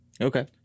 Okay